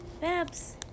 Babs